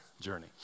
journey